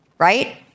Right